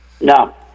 No